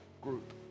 group